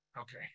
Okay